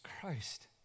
Christ